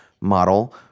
model